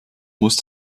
muss